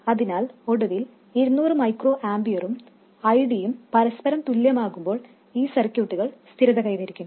അതിനാൽ ഒടുവിൽ 200 μA യും ID യും പരസ്പരം തുല്യമാകുമ്പോൾ ഈ സർക്യൂട്ടുകൾ സ്ഥിരത കൈവരിക്കും